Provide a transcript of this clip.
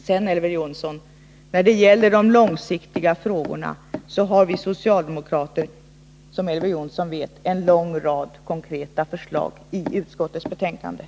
Sedan, Elver Jonsson, när det gäller de långsiktiga frågorna så har vi socialdemokrater, som Elver Jonsson vet, en lång rad konkreta förslag i motioner och reservationer.